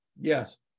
Yes